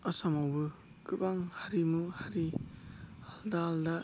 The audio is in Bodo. आसामावबो गोबां हारिमु हारि आलदा आलदा